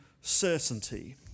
certainty